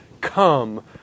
come